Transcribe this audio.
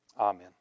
Amen